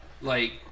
Like-